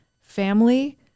family